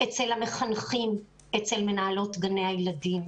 אצל המחנכים ואצל מנהלות גני הילדים,